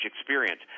experience